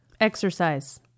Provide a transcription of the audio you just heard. Exercise